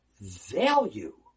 value